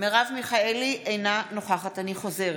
אינה נוכחת אני חוזרת: